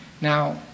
Now